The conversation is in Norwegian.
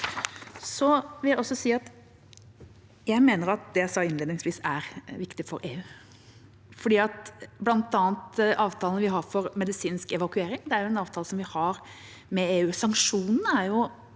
Jeg mener det jeg sa innledningsvis, er viktig for EU. Blant annet er avtalen vi har for medisinsk evakuering, en avtale vi har med EU. Sanksjonene har vi